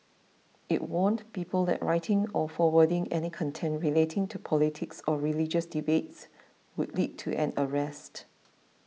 it warned people that writing or forwarding any content related to politics or religious debates would lead to an arrest